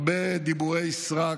הרבה דיבורי סרק,